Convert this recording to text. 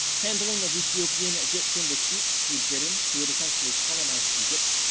handling of ethiopian egyptian disputes through britain, who had essentially colonized egypt.